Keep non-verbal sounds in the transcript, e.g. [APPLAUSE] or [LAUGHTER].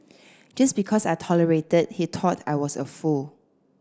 [NOISE] just because I tolerated he thought I was a fool